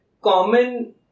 common